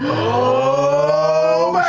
oh,